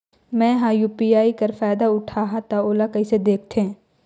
मैं ह यू.पी.आई कर फायदा उठाहा ता ओला कइसे दखथे?